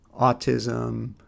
autism